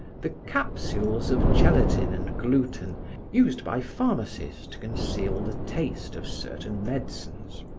the capsules of gelatine and gluten used by pharmacies to conceal the taste of certain medicines.